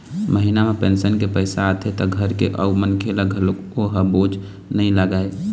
महिना म पेंशन के पइसा आथे त घर के अउ मनखे ल घलोक ओ ह बोझ नइ लागय